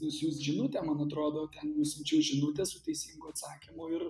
nusiųst žinutę man atrodo nusiunčiau žinutę su teisingu atsakymu ir